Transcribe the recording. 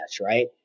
right